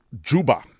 Juba